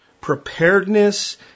Preparedness